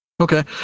Okay